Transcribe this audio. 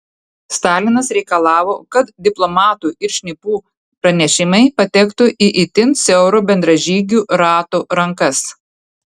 stalinas reikalavo kad diplomatų ir šnipų pranešimai patektų į itin siauro bendražygių rato rankas